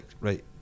right